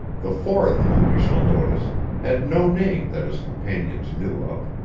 the fourth whom we shall notice had no name that his companions knew of,